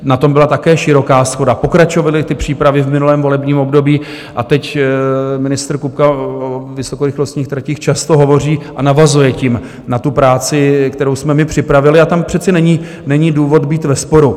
Na tom byla také široká shoda, pokračovaly přípravy v minulém volebním období, a teď ministr Kupka o vysokorychlostních tratích často hovoří a navazuje tím na práci, kterou jsme my připravili, a tam přece není důvod být ve sporu.